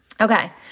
Okay